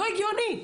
לא הגיוני.